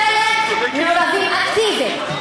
חלק מעורבים אקטיבית,